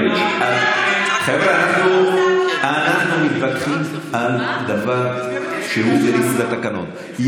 אנחנו מתווכחים על דבר שהוא בניגוד לתקנון.